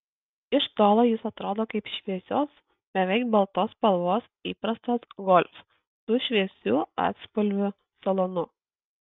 iš tolo jis atrodo kaip šviesios beveik baltos spalvos įprastas golf su šviesių atspalvių salonu